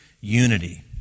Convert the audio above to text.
unity